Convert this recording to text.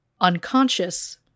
unconscious